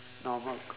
normal